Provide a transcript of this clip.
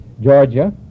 Georgia